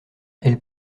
elles